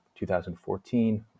2014